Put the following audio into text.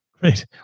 Great